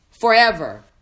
forever